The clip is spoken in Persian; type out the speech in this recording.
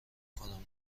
کنم